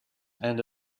and